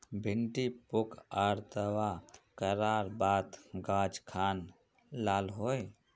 भिन्डी पुक आर दावा करार बात गाज खान लाल होए?